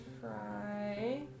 try